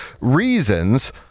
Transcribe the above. reasons